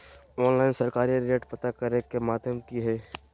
Online सरकारी rate पता करे के माध्यम की हय?